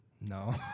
No